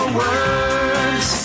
words